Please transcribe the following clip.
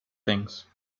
things